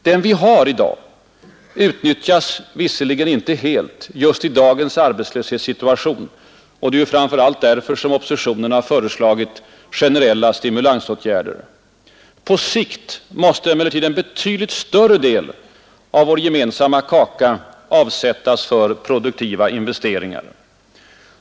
Den vi har i dag utnyttjas visserligen inte helt i just dagens arbetslöshetssituation. Det är ju framför allt därför som oppositionen föreslagit generella stimulansåtgärder. På sikt måste emellertid en betydligt större del av vår gemensamma kaka avsättas för produktiva investeringar.